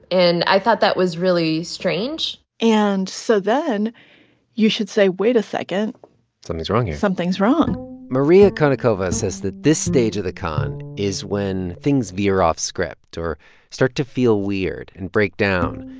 and i thought that was really strange and so then you should, say wait a second something's wrong here something's wrong maria konnikova says that this stage of the con is when things veer off-script or start to feel weird and break down.